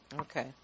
Okay